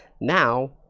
now